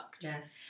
Yes